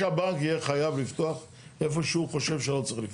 למה שהבנק יהיה חייב לפתוח איפה שהוא חושב שלא צריך לפתוח?